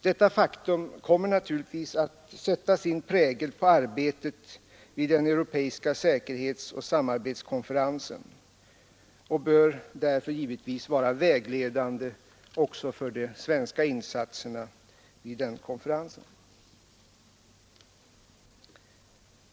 Detta faktum kommer naturligtvis att sätta sin prägel på arbetet vid den europeiska säkerhetsoch samarbetskonferensen och bör i varje fall vara vägledande för de svenska insatserna vid konferensen.